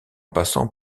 passant